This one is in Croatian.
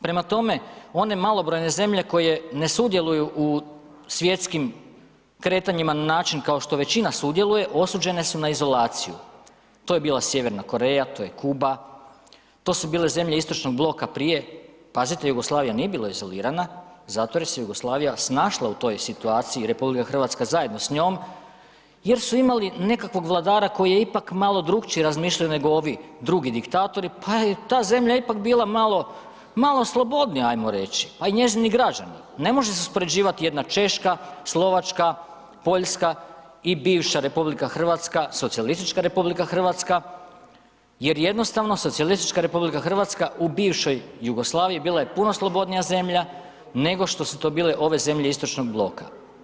Prema tome, one malobrojne zemlje koje ne sudjeluju u svjetskim kretanjima na način kao što većina sudjeluje, osuđene su na izolaciju, to je bila Sjeverna Koreja, to je Kuba, to su bile zemlje Istočnog Bloka prije, pazite, Jugoslavija nije bila izolirana zato jer se Jugoslavija snašla u toj situaciji, RH zajedno s njom jer su imali nekakvog vladara koji je ipak malo drukčije razmišljao nego ovi drugi diktatori, pa je ta zemlja ipak bila malo, malo slobodnija, ajmo reći, pa i njezini građani, ne može se uspoređivati jedna Češka, Slovačka, Poljska i bivša RH, socijalistička RH jer jednostavno socijalistička RH u bivšoj Jugoslaviji bila je puno slobodnija zemlja, nego što su to bile ove zemlje Istočnog Bloka.